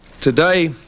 Today